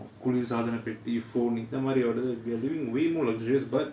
குளிர் சாதன பெட்டி:kulir saathana petti phone இந்த மாரி:intha maari we're living way more luxurious but